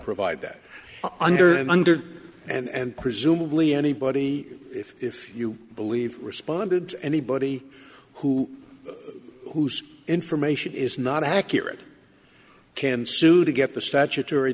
provide that under and under and presumably anybody if you believe responded to anybody who whose information is not accurate can sue to get the statutory